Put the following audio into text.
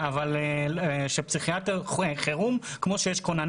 אבל שפסיכיאטר חירום כמו שיש כונן